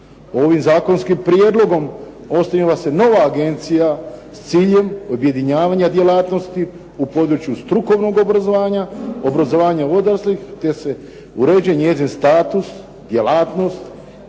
Ovim zakonskim prijedlogom osniva se nova agencija s ciljem objedinjavanja djelatnosti u području strukovnog obrazovanja, obrazovanja odraslih, te se uređuje njezin status, djelatnost